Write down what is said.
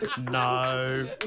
No